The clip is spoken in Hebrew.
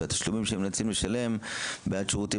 והתשלומים שהם נאלצים לשלם בעד שירותים